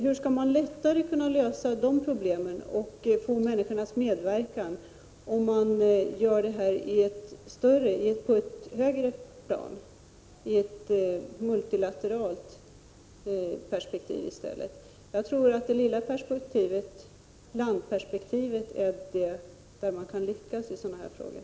Hur skall man lättare kunna lösa de problemen och få människornas medverkan, om man gör insatserna på ett högre plan, i ett multilateralt perspektiv? Jag tror att det lilla perspektivet, landperspektivet, är det där man kan lyckas i sådana här frågor.